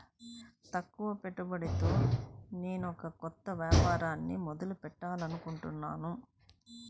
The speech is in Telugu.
తక్కువ పెట్టుబడితో నేనొక కొత్త వ్యాపారాన్ని మొదలు పెట్టాలనుకుంటున్నాను